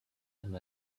and